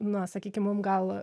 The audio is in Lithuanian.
na sakykim mum gal